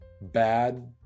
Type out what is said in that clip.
bad